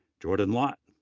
jordan lott,